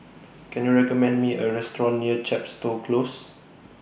Can YOU recommend Me A Restaurant near Chepstow Close